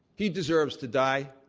he deserves to die.